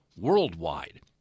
worldwide